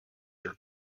your